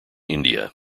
india